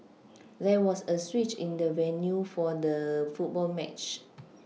there was a switch in the venue for the football match